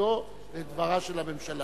משרדו ודברה של הממשלה.